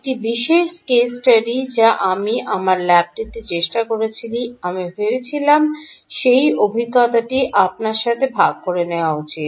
একটি বিশেষ case study যা আমি আমার ল্যাবটিতে চেষ্টা করেছি আমি ভেবেছিলাম সেই অভিজ্ঞতাটি আপনার সাথে ভাগ করে নেওয়া উচিত